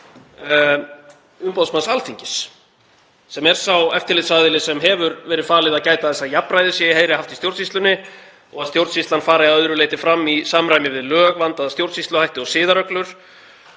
umboðsmanns Alþingis, sem er sá eftirlitsaðili sem hefur verið falið að gæta þess að jafnræði sé í heiðri haft í stjórnsýslunni og að stjórnsýslan fari að öðru leyti fram í samræmi við lög, vandaða stjórnsýsluhætti og siðareglur,